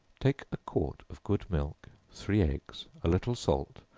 take a quart of good milk, three eggs, a little salt,